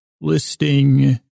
listing